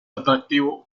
atractivo